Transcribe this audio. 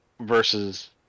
versus